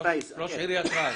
עיריית רהט,